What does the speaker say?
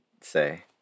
say